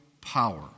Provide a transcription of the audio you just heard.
power